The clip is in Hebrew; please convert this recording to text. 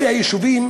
אלה היישובים